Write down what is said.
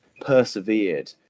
persevered